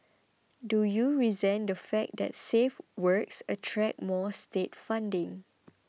do you resent the fact that safe works attract more state funding